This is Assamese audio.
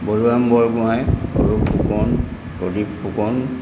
বৰুৱাম বৰগোঁহাই সৰু ফুকন প্ৰদীপ ফুকন